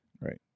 right